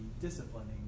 disciplining